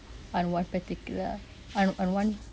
on one particular on on one